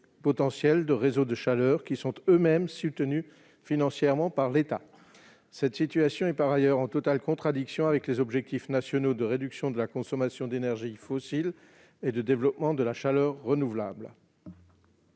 abonnés de réseaux de chaleur, qui sont eux-mêmes soutenus financièrement par l'État. Cette situation est par ailleurs en totale contradiction avec les objectifs nationaux de réduction de la consommation d'énergie fossile et de développement de la chaleur renouvelable.